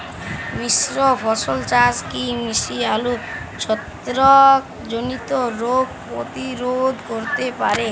মিশ্র ফসল চাষ কি মিষ্টি আলুর ছত্রাকজনিত রোগ প্রতিরোধ করতে পারে?